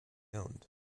owned